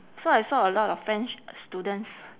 so I saw a lot of french students